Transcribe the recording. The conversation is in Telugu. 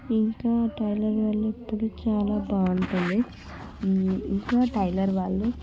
ఇంకా టైలర్ వాళ్ళు ఎప్పుడు చాలా బాగుంటుంది ఇంకా టైలర్ వాళ్ళు